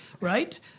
right